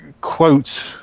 quote